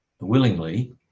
willingly